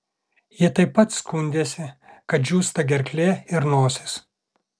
ji taip pat skundėsi kad džiūsta gerklė ir nosis